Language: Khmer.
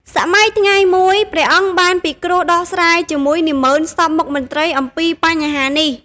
សម័យថ្ងៃមួយ ព្រះអង្គបានពិគ្រោះដោះស្រាយជាមួយនាម៉ឺនសព្វមុខមន្ត្រីអំពីបញ្ហានេះ។